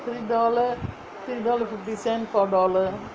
three dollar three dollar fifteen cent four dollar